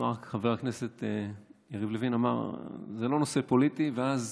חבר הכנסת יריב לוין אמר שזה לא נושא פוליטי, ואז